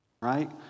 Right